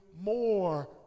more